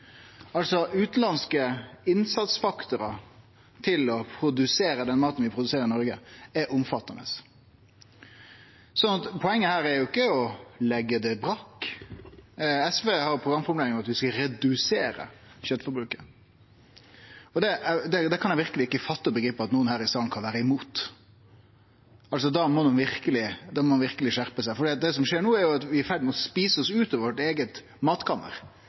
utanlandske innsatsfaktorar til å produsere den maten vi produserer i Noreg, er altså omfattande. Poenget her er ikkje å leggje det brakk. SV har ei programformulering om at vi skal redusere kjøtforbruket, og det kan eg verkeleg ikkje fatte og begripe at nokon her i salen kan vere mot. Da må ein verkeleg skjerpe seg, for det som skjer no, er at vi er i ferd med å ete oss ut av vårt eige matkammer.